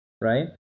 right